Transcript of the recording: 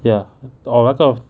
ya or what kind of